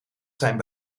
zijn